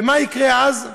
ומה יקרה אז?